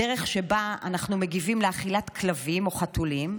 הדרך שבה אנחנו מגיבים לאכילת כלבים או חתולים,